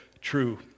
true